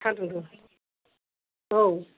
औ